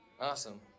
Awesome